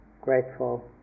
Grateful